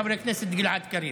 חבר הכנסת גלעד קריב,